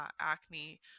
acne